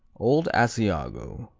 old asiago,